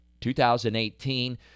2018